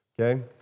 okay